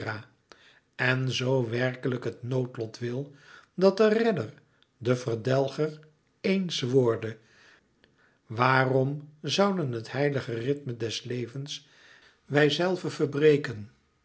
en zoo werkelijk het noodlot wil dat de redder de verdelger eéns worde waarom zouden het heilige rythme des levens wijzelve verbreken